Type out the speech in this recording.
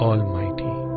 Almighty